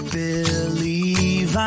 believe